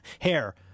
hair